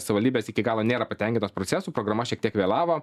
savaldybės iki galo nėra patenkintos procesu programa šiek tiek vėlavo